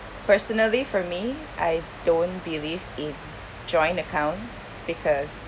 personally for me I don't believe in joint account because